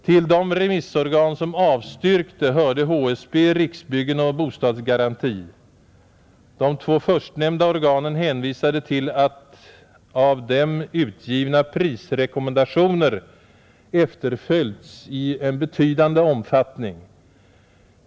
Till de remissorgan som avstyrkte hörde HSB, Riksbyggen och Bostadsgaranti. De två förstnämnda organen hänvisade till att av dem utgivna pristekommendationer efterföljts i betydande omfattning.